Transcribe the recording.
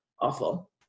awful